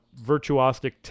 virtuosic